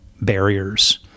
barriers